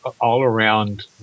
all-around